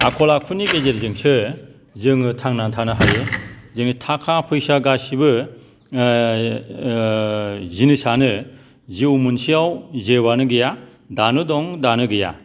आखल आखुनि गेजेर जोंसो जोङो थांना थानो हायो जोङो थाखा फैसा गासिबो जिनिसानो जिउ मोनसेआव जेबोआनो गैया दानो दं दानो गैया